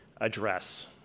address